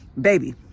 baby